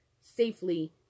safely